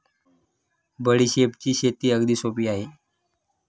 बडीशेपची शेती अगदी सोपी आहे